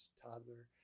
toddler